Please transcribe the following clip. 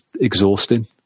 exhausting